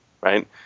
right